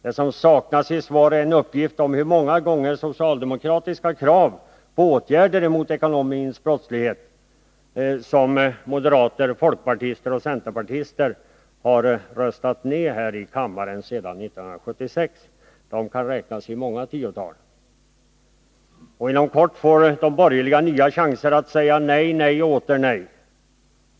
Det som saknas i svaret är en uppgift om hur många socialdemokratiska krav på åtgärder mot den ekonomiska brottsligheten som moderater, folkpartister och centerpartister har röstat ned här i kammaren sedan 1976. De kan räknas i många tiotal. Och inom kort får de borgerliga nya chanser att säga nej, nej och åter nej.